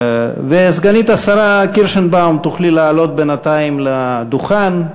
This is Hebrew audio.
וסגנית השר קירשנבאום, תוכלי לעלות בינתיים לדוכן.